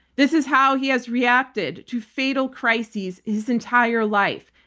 this is how he has reacted to fatal crises his entire life.